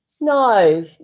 No